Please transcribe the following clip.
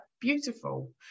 beautiful